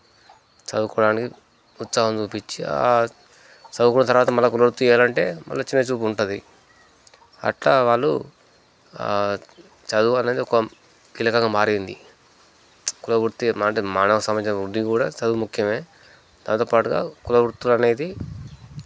చదువుకోడానికి ఉత్సాహం చూపిచ్చి ఆ చదువుకున్న తర్వాత మళ్ళా కొన్ని రోజులు తీయాలంటే మళ్ళా చిన్న చూపు ఉంటది అట్లా వాళ్ళు చదువు అనేది ఒక కీలకంగా మారింది కుల ఉత్తీర్నమంటే మన సమాజం ఉండి కూడా చదువు ముఖ్యమే దానితో పాటుగా కులవృత్తులనేది